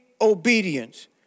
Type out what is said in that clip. obedience